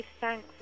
thanks